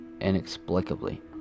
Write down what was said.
inexplicably